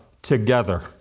together